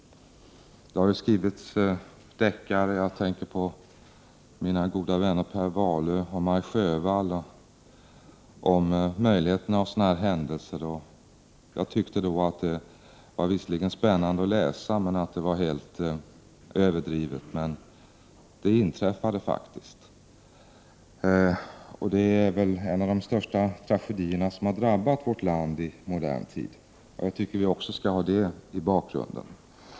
Det har ju skrivits deckare, jag tänker på mina goda vänner Per Wahlöö och Maj Sjöwall, om möjligheterna av sådana händelser. Jag tyckte att dessa böcker visserligen var spännande att läsa men att händelserna var överdrivna. Men detta inträffade faktiskt. Det är väl en av de största tragedierna som har drabbat vårt land i modern tid. Jag tycker att detta skall finnas med i bakgrunden. Fru talman!